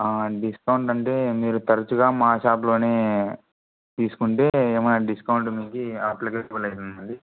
discount అంటే మీరు తరచుగా మా షాప్లోనే తీసుకుంటే ఏమైనా డిస్కౌంట్ అనేది అప్లికేబల్ అవుతుంది